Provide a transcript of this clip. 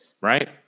Right